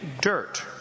dirt